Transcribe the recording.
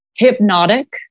hypnotic